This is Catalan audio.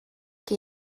que